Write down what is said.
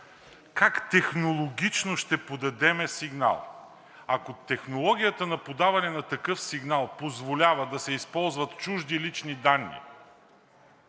Как технологично ще подадем сигнал? Ако технологията на подаване на такъв сигнал позволява да се използват чужди лични данни,